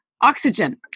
oxygen